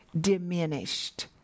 diminished